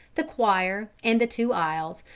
the choir, and the two aisles,